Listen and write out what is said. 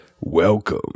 Welcome